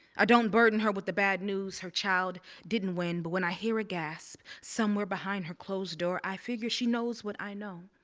i don't burden her with the bad news, her child didn't win, but when i hear a gasp somewhere behind her closed door, i figure she knows what i know.